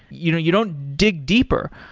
you know you don't dig deeper,